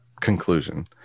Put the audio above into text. conclusion